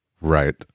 Right